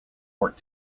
work